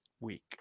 week